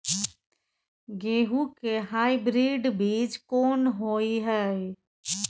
गेहूं के हाइब्रिड बीज कोन होय है?